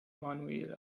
manuela